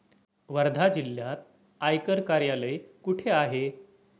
वर्धा जिल्ह्यात आयकर कार्यालय कुठे आहे?